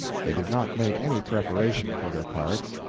they did not make any preparation for their parts.